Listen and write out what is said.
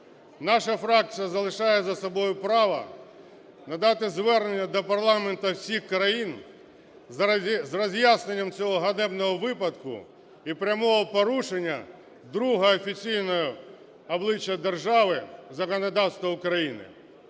наша фракція залишає за собою право надати звернення до парламентів всіх країн з роз'ясненням цього ганебного випадку і прямого порушення другим офіційним обличчям держави законодавства України.